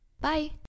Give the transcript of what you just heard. Bye